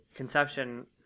conception